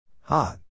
Hot